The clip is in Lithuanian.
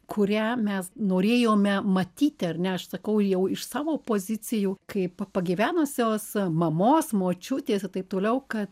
kurią mes norėjome matyti ar ne aš sakau jau iš savo pozicijų kaip pagyvenusios mamos močiutės ir taip toliau kad